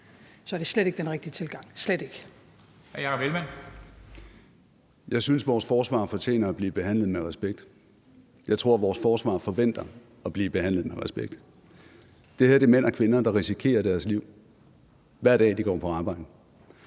Kl. 13:08 Jakob Ellemann-Jensen (V): Jeg synes, at vores forsvar fortjener at blive behandlet med respekt. Jeg tror, at vores forsvar forventer at blive behandlet med respekt. Det her er mænd og kvinder, der risikerer deres liv, hver dag de går på arbejde.